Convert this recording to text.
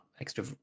extra